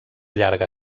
llarga